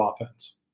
offense